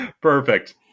Perfect